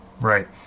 Right